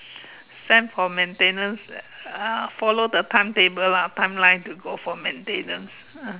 send for maintenance uh follow the timetable lah time line to go for maintenance ah